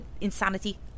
insanity